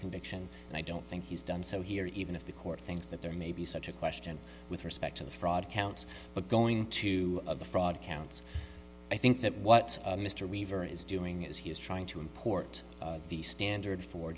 conviction and i don't think he's done so here even if the court thinks that there may be such a question with respect to the fraud counts but going to of the fraud counts i think that what mr weaver is doing is he is trying to import the standard for